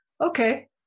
Okay